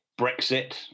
Brexit